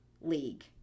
league